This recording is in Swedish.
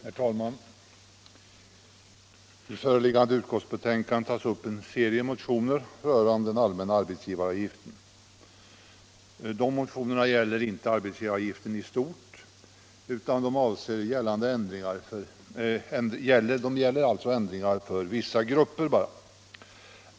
Herr talman! I föreliggande utskottsbetänkande tas upp en serie motioner rörande den allmänna arbetsgivaravgiften. Dessa motioner gäller inte arbetsgivaravgiften i stort utan yrkar på ändringar för vissa grupper.